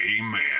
Amen